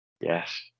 yes